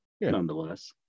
nonetheless